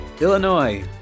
Illinois